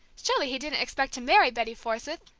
surely he didn't expect to marry betty forsythe?